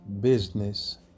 business